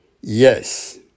Yes